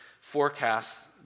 forecasts